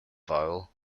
vowel